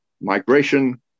Migration